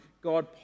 God